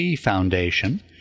Foundation